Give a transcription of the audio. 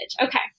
Okay